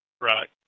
Right